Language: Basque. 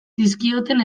dizkioten